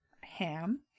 ham